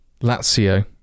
Lazio